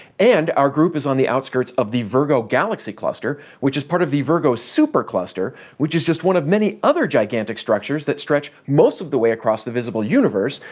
and our group is on the outskirts of the virgo galaxy cluster, which is part of the virgo supercluster, which is just one of many other gigantic structures that stretch most of the way across the visible universe,